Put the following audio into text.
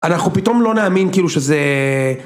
אנחנו פתאום לא נאמין כאילו שזה...